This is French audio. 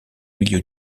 milieu